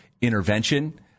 intervention